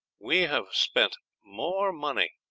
we have spent more money